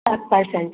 आठ परसेंट